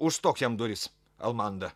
užstok jam duris almanda